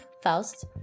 Faust